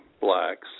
blacks